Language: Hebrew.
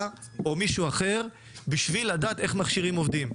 או מישהו אחר בשביל לדעת איך מכשירים עובדים,